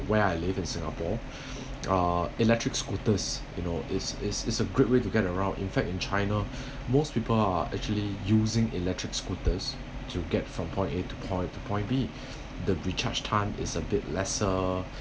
where I live in singapore uh electric scooters you know is is is a great way to get around in fact in china most people are actually using electric scooters to get from point a to point to point b the recharge time is a bit lesser